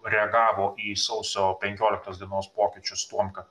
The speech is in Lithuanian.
reagavo į sausio penkioliktos dienos pokyčius tuom kad